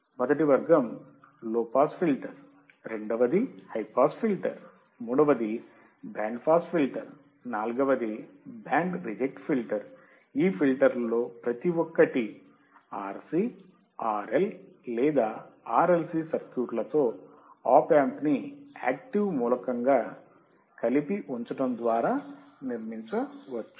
మొదటి వర్గం లో పాస్ ఫిల్టర్ రెండవది హై పాస్ ఫిల్టర్ మూడవది బ్యాండ్ పాస్ ఫిల్టర్ నాల్గవది బ్యాండ్ రిజెక్ట్ ఫిల్టర్ ఈ ఫిల్టర్లలో ప్రతి ఒక్కటీ RC RL లేదా RLC సర్క్యూట్లతో ఆప్ యాంప్ ని యాక్టివ్ మూలకంగా కలిపి ఉపయోగించడం ద్వారా నిర్మించవచ్చు